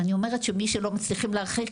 אני אומרת שמי שלא מצליחים להרחיק,